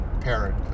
parent